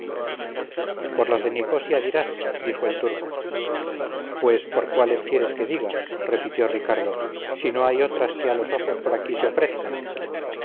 por las de nicosia dirás dijo el turco pues por cuáles quieres que diga repitió ricardo si no hay otras que a los ojos por aquí se ofrezcan